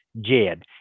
Jed